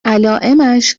علائمش